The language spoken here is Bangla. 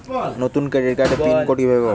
নতুন ক্রেডিট কার্ডের পিন কোড কিভাবে পাব?